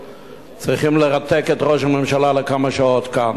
צריכים לרתק את ראש הממשלה לכמה שעות לכאן.